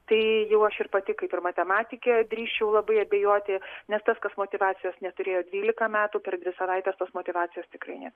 tai jau aš ir pati kaip ir matematikė drįsčiau labai abejoti nes tas kas motyvacijos neturėjo dvylika metų per dvi savaites tos motyvacijos tikrai ne